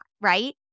right